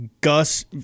Gus